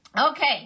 Okay